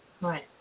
Right